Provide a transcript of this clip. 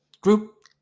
group